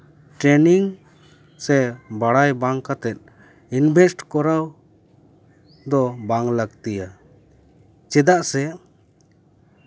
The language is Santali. ᱴᱨᱮᱱᱤᱝ ᱥᱮ ᱵᱟᱲᱟᱭ ᱵᱟᱝ ᱠᱟᱛᱮᱫ ᱤᱱᱵᱷᱮᱥᱴ ᱠᱚᱨᱟᱣ ᱫᱚ ᱵᱟᱝ ᱞᱟᱹᱠᱛᱤᱭᱟ ᱪᱮᱫᱟᱜ ᱥᱮ